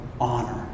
honor